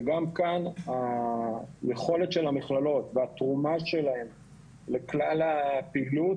וגם כאן היכולת של המכללות והתרומה שלהן לכלל הפעילות,